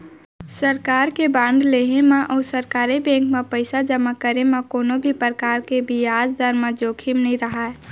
सरकार के बांड लेहे म अउ सरकारी बेंक म पइसा जमा करे म कोनों भी परकार के बियाज दर म जोखिम नइ रहय